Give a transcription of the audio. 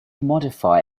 modify